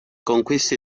conquista